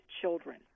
children